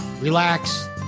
relax